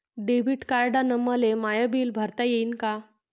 Debit कार्डानं मले माय बिल भरता येईन का?